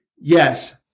yes